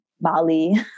Bali